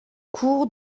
cours